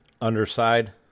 Underside